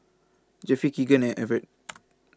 Jeffry Kegan and Evert